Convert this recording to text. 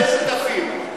ואתם שותפים.